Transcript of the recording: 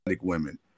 women